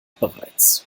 bereits